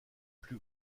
plus